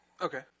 Okay